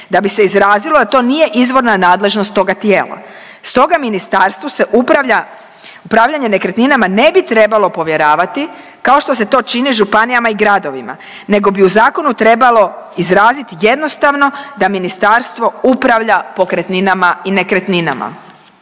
da bi se izrazilo da to nije izvorna nadležnost toga tijela stoga ministarstvu se upravlja, upravljanje nekretninama ne bi trebalo povjeravati kao što se to čini županijama i gradovima nego bi u zakonu trebalo izraziti jednostavno da ministarstvo upravlja pokretninama i nekretninama.